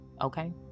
Okay